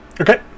Okay